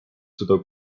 seda